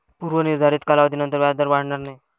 पूर्व निर्धारित कालावधीनंतर व्याजदर वाढणार नाही